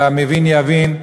והמבין יבין.